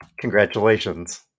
Congratulations